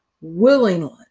willingly